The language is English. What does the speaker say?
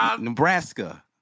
Nebraska